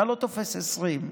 אתה לא תופס 20,